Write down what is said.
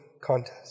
contest